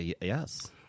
yes